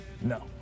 No